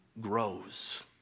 grows